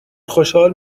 خوشحال